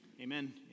amen